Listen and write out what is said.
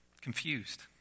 confused